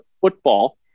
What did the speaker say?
football